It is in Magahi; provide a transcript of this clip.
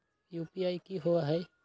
यू.पी.आई कि होअ हई?